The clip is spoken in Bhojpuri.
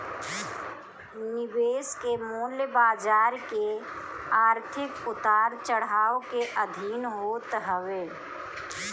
निवेश के मूल्य बाजार के आर्थिक उतार चढ़ाव के अधीन होत हवे